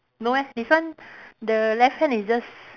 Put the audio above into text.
no eh this one the left hand is just